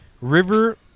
River –